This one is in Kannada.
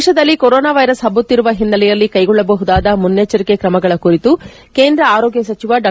ದೇಶದಲ್ಲಿ ಕೊರೊನಾ ವೈರಸ್ ಪಬ್ಬುತ್ತಿರುವ ಹಿನ್ನೆಲೆಯಲ್ಲಿ ಕೈಗೊಳ್ಳಬಹುದಾದ ಮುನ್ನೆಚ್ಚರಿಕೆ ಕ್ರಮಗಳ ಕುರಿತು ಕೇಂದ್ರ ಆರೋಗ್ದ ಸಚಿವ ಡಾ